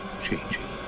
changing